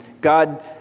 God